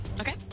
Okay